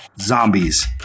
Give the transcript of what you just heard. Zombies